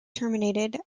terminated